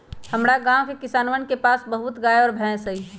हमरा गाँव के किसानवन के पास बहुत गाय और भैंस हई